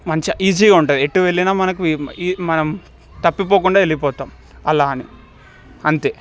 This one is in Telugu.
మంచిగ ఈజీగా ఉంటుంది ఎటువెళ్లినా మనకు ఈ మన మనం తప్పిపోకుండా వెళ్ళిపోతం అలా అని అంతే